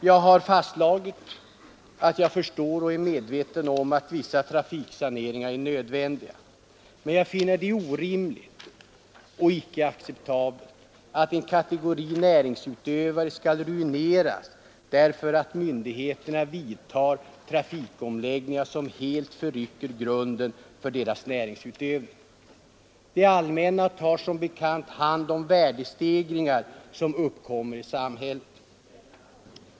Jag har fastslagit att jag förstår och är medveten om att vissa trafiksaneringar är nödvändiga, men jag finner det orimligt och icke aacceptabelt att en kategori näringsutövare skall ruineras därför att myndigheter vidtar trafikomläggningar som helt förrycker grunden för deras näringsutövning. Det allmänna tar som bekant hand om värdestegringar som uppkommer.